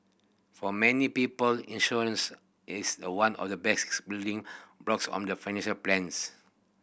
for many people insurance is the one of the basic building blocks of the financial plans